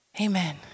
Amen